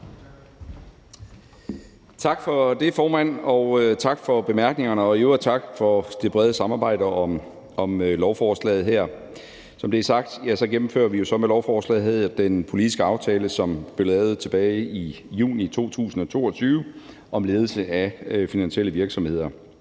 Tak for det, formand, og tak for bemærkningerne, og i øvrigt tak for det brede samarbejde om lovforslaget her. Som det er blevet sagt, gennemfører vi med lovforslaget her den politiske aftale, som blev lavet tilbage i juni 2022 om ledelse af finansielle virksomheder,